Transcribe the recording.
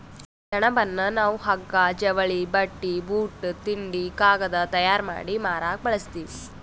ಸೆಣಬನ್ನ ನಾವ್ ಹಗ್ಗಾ ಜವಳಿ ಬಟ್ಟಿ ಬೂಟ್ ತಿಂಡಿ ಕಾಗದ್ ತಯಾರ್ ಮಾಡಿ ಮಾರಕ್ ಬಳಸ್ತೀವಿ